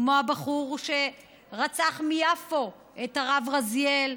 כמו הבחור מיפו שרצח את הרב רזיאל,